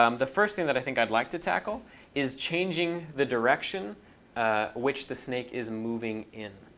um the first thing that i think i'd like to tackle is changing the direction which the snake is moving in.